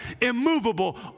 immovable